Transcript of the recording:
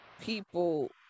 people